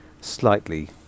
Slightly